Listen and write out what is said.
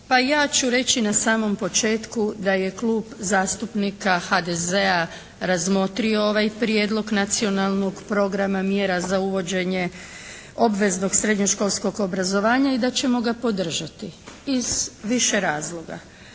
Pa ja ću reći na samom početku da je Klub zastupnika HDZ-a razmotrio ovaj Prijedlog Nacionalnog programa mjera za uvođenje obveznog srednjoškolskog obrazovanja i da ćemo ga podržati iz više razloga.